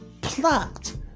plucked